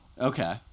okay